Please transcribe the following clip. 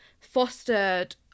fostered